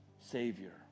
savior